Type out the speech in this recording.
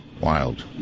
wild